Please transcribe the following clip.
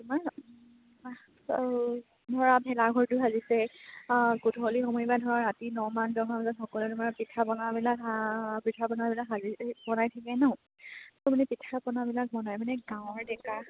তোমাৰ ধৰা ভেলাঘৰটো সাজিছে গধূলি সময় বা ধৰা ৰাতি নমান দহমান বজাত সকলোৱে তোমাৰ পিঠা পনাবিলাক পিঠা পনাবিলাক সাজি বনাই থাকে নহ্ ত' মানে পিঠা পনাবিলাক বনাই মানে গাঁৱৰ ডেকা